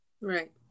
Right